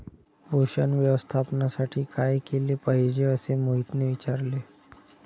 पोषण व्यवस्थापनासाठी काय केले पाहिजे असे मोहितने विचारले?